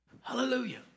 Hallelujah